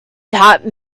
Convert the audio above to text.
that